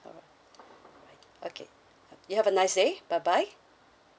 alright okay you have a nice day bye bye